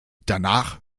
danach